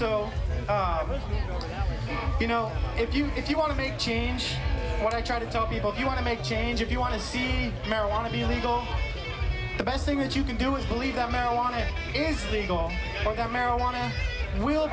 also you know if you if you want to make change what i try to tell people if you want to make change if you want to see marijuana be illegal the best thing that you can do is believe that marijuana is legal and that marijuana will